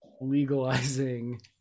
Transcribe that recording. legalizing